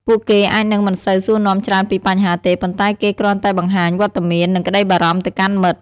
ពួកគេអាចនឹងមិនសូវសួរនាំច្រើនពីបញ្ហាទេ ប៉ុន្តែគេគ្រាន់តែបង្ហាញវត្តមាន និងក្ដីបារម្ភទៅកាន់មិត្ត។